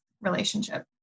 relationship